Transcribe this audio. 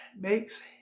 makes